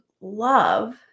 love